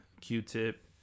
Q-Tip